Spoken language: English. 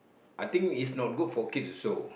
I think it's not good for kids also